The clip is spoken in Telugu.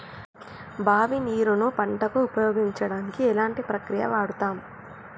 బావి నీరు ను పంట కు ఉపయోగించడానికి ఎలాంటి ప్రక్రియ వాడుతం?